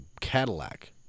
Cadillac